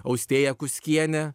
austėja kuskienė